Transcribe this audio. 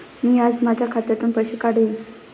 मी आज माझ्या खात्यातून पैसे काढेन